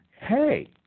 Hey